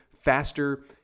faster